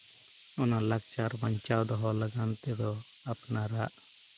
ᱚᱱᱟ ᱞᱟᱠᱪᱟᱨ ᱵᱟᱧᱪᱟᱣ ᱫᱚᱦᱚ ᱞᱟᱹᱜᱤᱫ ᱛᱮᱫᱚ ᱟᱯᱱᱟᱨᱟᱜ